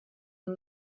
and